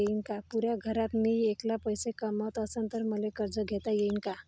पुऱ्या घरात मी ऐकला पैसे कमवत असन तर मले कर्ज घेता येईन का?